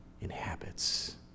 inhabits